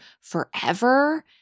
forever